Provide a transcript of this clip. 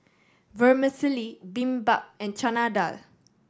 Vermicelli Bibimbap and Chana Dal